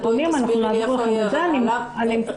אני לא